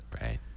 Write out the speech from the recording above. Right